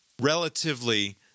relatively